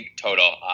total